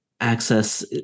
access